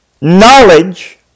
knowledge